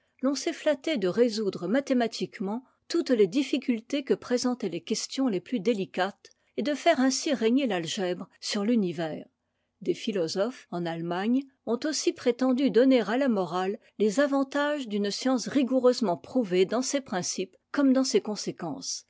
l'on s'est ftatté de résoudre mathématiquement toutes les difficultés que présentaient les questions les plus délicates et de faire ainsi régner l'algèbre sur l'univers des philosophes en allemagne ont aussi prétendu donner à la morale les avantages d'une science rigoureusement prouvée dans ses principes comme dans ses conséquences